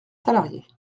salariés